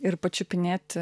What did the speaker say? ir pačiupinėti